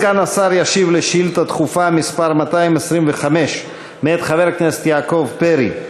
סגן השר ישיב על שאילתה דחופה מס' 225 מאת חבר הכנסת יעקב פרי.